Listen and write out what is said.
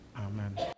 Amen